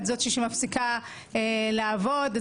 את זאת שמפסיקה לעבוד,